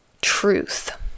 truth